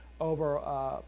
over